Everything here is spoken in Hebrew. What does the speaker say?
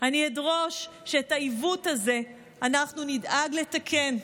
אני אדרוש שאת העיוות הזה אנחנו נדאג לתקן.